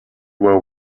were